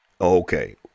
Okay